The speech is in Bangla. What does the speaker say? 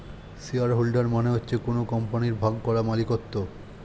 শেয়ার হোল্ডার মানে হচ্ছে কোন কোম্পানির ভাগ করা মালিকত্ব